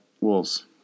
Wolves